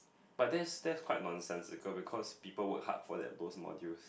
but that's that's quite nonsense occur because people work hard for that both module